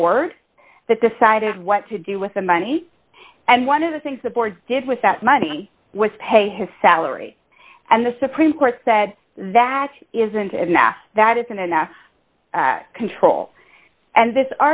board that decided what to do with the money and one of the things the board did with that money was pay his salary and the supreme court said that isn't enough that isn't enough control and this